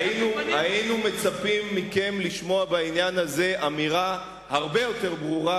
היינו מצפים מכם לשמוע בעניין הזה אמירה הרבה יותר ברורה,